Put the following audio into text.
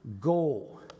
goal